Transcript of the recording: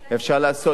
אפשר לעשות,